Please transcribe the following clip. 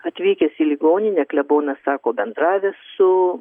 atvykęs į ligoninę klebonas sako bendravęs su